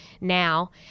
now